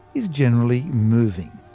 is generally moving.